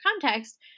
context